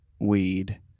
weed